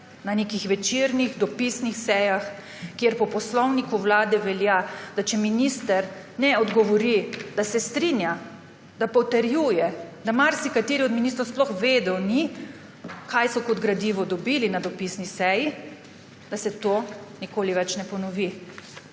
na nekih večernih dopisnih sejah, kjer po poslovniku Vlade velja, da če minister ne odgovori, se strinja, potrjuje, marsikateri od ministrov sploh vedel ni, kaj so kot gradivo dobili na dopisni seji. Da se to nikoli več ne ponovi.